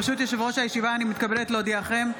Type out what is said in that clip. ברשות יושב-ראש הישיבה, אני מתכבדת להודיעכם,